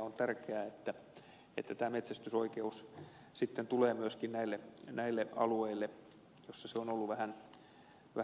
on tärkeää että tämä metsästysoikeus sitten tulee myöskin näille alueille joilla se on ollut